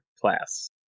class